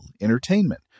entertainment